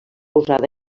usada